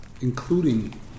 including